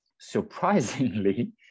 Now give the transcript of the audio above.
surprisingly